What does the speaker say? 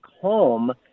home